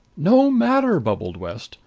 no matter! bubbled west.